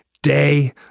day